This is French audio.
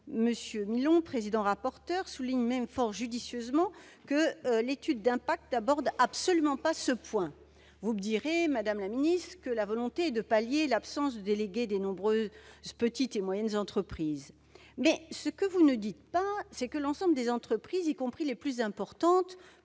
M. Milon, président-rapporteur, souligne même, fort judicieusement, que l'étude d'impact n'aborde absolument pas ce point. Vous me direz que votre volonté est de pallier l'absence de délégués des nombreuses petites et moyennes entreprises. Ce que vous ne dites pas, en revanche, c'est que l'ensemble des entreprises, y compris les plus importantes,